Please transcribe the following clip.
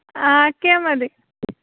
ആക്കിയാൽ മതി